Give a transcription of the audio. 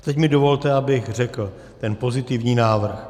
Teď mi dovolte, abych řekl ten pozitivní návrh.